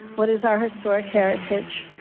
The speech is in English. what is our historic heritage.